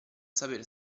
saper